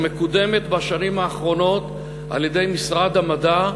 שמקודמת בשנים האחרונות על-ידי משרד המדע,